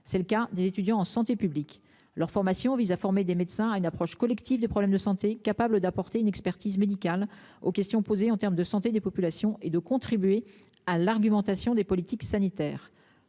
c'est le cas des étudiants en santé publique leur formation vise à former des médecins à une approche collective, des problèmes de santé capable d'apporter une expertise médicale aux questions posées en termes de santé des populations et de contribuer à l'argumentation des politiques sanitaires